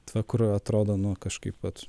ta kur atrodo nu kažkaip vat